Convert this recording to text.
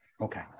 Okay